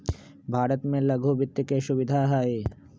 भारत में लघु वित्त के सुविधा हई